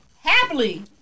happily